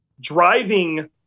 driving